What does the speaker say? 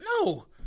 No